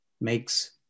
makes